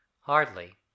hardly